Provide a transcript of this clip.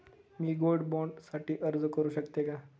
मी gold bond साठी अर्ज करु शकते का?